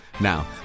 Now